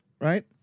right